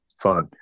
fun